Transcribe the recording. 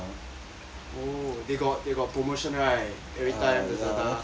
oh they got they got promotion right every time Lazada